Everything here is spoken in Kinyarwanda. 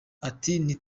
ati